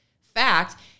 fact